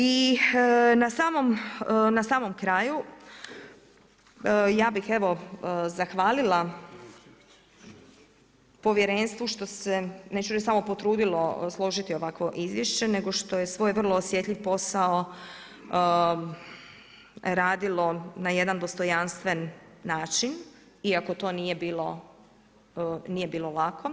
I na samom kraju ja bih evo zahvalila povjerenstvu što se neću reći samo potrudilo složiti ovakvo izvješće, nego što je svoj vrlo osjetljiv posao radilo na jedan dostojanstven način iako to nije bilo lako.